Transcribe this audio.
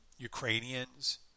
Ukrainians